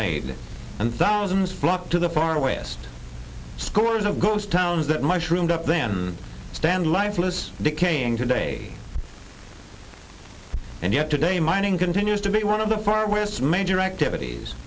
made and thousands flocked to the far west scores of ghost towns that mushrooms up then stand lifeless decaying today and yet today mining continues to be one of the far west major activities